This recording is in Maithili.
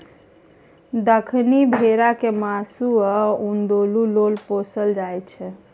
दक्कनी भेरा केँ मासु आ उन दुनु लेल पोसल जाइ छै